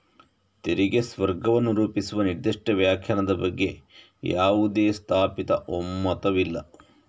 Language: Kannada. ತೆರಿಗೆ ಸ್ವರ್ಗವನ್ನು ರೂಪಿಸುವ ನಿರ್ದಿಷ್ಟ ವ್ಯಾಖ್ಯಾನದ ಬಗ್ಗೆ ಯಾವುದೇ ಸ್ಥಾಪಿತ ಒಮ್ಮತವಿಲ್ಲ